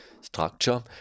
structure